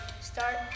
start